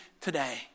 today